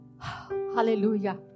hallelujah